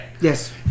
Yes